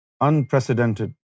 unprecedented